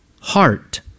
heart